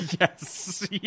yes